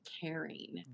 caring